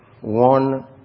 one